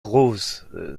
rose